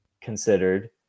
considered